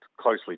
closely